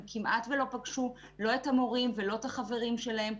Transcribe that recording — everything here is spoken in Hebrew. הם כמעט ולא פגשו לא את המורים ולא את החברים שלהם,